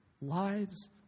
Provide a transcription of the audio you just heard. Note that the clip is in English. lives